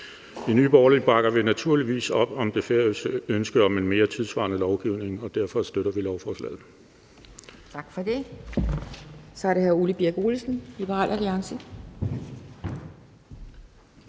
I Nye Borgerlige bakker vi naturligvis op om det færøske ønske om en mere tidssvarende lovgivning, og derfor støtter vi lovforslaget.